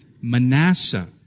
Manasseh